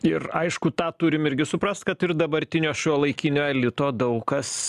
ir aišku tą turim irgi suprast kad ir dabartinio šiuolaikinio elito daug kas